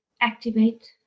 activate